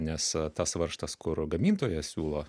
nesu tas varžtas kur gamintojas siūlo